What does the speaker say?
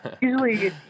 usually